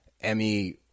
Emmy